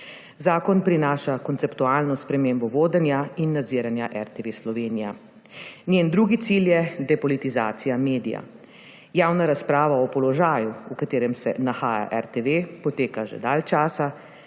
Zakon prinaša konceptualno spremembo vodenja in nadziranja RTV Slovenija. Njen drugi cilj je depolitizacija medija. Javna razprava o položaju, v katerem se nahaja RTV, poteka že dalj časa,